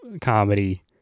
comedy